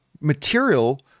material